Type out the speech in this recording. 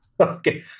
Okay